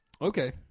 Okay